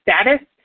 status